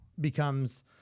becomes